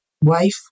wife